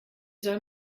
soll